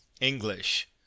English